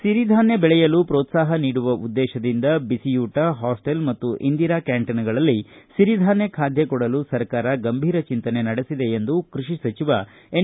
ಸಿರಿಧಾನ್ಯ ಬೆಳೆಯಲು ಪ್ರೋತ್ಸಾಹ ನೀಡುವ ಉದ್ದೇಶದಿಂದ ಬಿಸಿಯೂಟ ಹಾಸ್ಟೆಲ್ ಮತ್ತಿ ಇಂದಿರಾ ಕ್ಕಾಂಟೀನಗಳಲ್ಲಿ ಸಿರಿಧಾನ್ದ ಖಾದ್ದ ಕೊಡಲು ಸರ್ಕಾರ ಗಂಭೀರ ಚಿಂತನೆ ನಡೆಸಿದ ಎಂದು ಕೃಷಿ ಸಚಿವ ಎನ್